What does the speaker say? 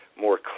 more